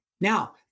Now